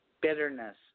bitterness